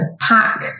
pack